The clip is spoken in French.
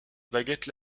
baguette